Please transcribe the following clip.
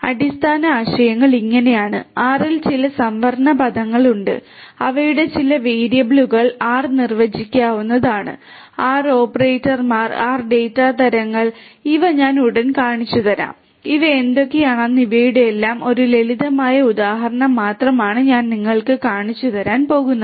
അതിനാൽ അടിസ്ഥാന ആശയങ്ങൾ ഇങ്ങനെയാണ് R ൽ ചില സംവരണ പദങ്ങൾ ഉണ്ട് അവയുടെ ചില വേരിയബിളുകൾ R ൽ നിർവചിക്കാവുന്നതാണ് R ഓപ്പറേറ്റർമാർ R ഡാറ്റ തരങ്ങൾ ഇവ ഞാൻ ഉടൻ കാണിച്ചുതരാം ഇവ എന്തൊക്കെയാണ് ഇവയുടെയെല്ലാം ഒരു ലളിതമായ ഉദാഹരണം മാത്രമാണ് ഞാൻ നിങ്ങൾക്ക് കാണിച്ചുതരാൻ പോകുന്നത്